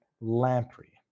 Lamprey